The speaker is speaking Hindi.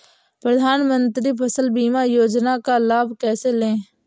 प्रधानमंत्री फसल बीमा योजना का लाभ कैसे लें?